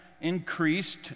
increased